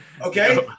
okay